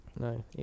No